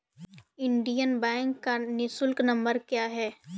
Indian bank का निःशुल्क number क्या है?